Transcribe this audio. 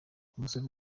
umusore